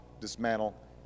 dismantle